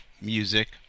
Music